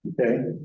Okay